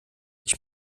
ich